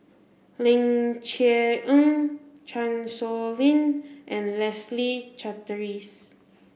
Ling Cher Eng Chan Sow Lin and Leslie Charteris